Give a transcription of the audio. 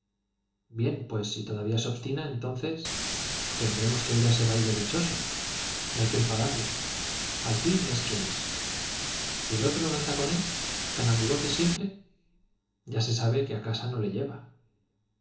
bien pues si todavía se obstina entonces tendremos que ir a ese baile dichoso no hay que enfadarle al fin es quien es y el otro anda con él tan amigotes siempre ya se sabe que a casa no le lleva